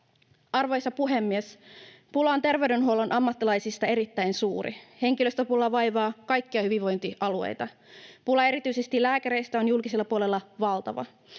Arvoisa puhemies! Pula terveydenhuollon ammattilaisista on erittäin suuri. Henkilöstöpula vaivaa kaikkia hyvinvointialueita. Pula erityisesti lääkäreistä on julkisella puolella valtava.